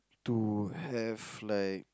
to have like